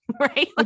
right